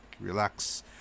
relax